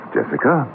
Jessica